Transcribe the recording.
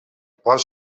pot